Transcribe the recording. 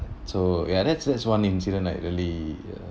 so ya that's that's one incident like really ya